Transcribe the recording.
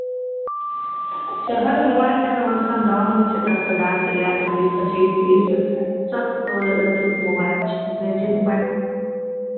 जेहन मोबाइल लेबै वैसन दाम होइ छै दस हजारसँ लए कऽ बीस पच्चीस तीस सभ अथीके मोबाइल छै अपने जे मोबाइल